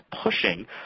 pushing